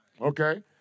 Okay